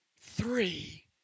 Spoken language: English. three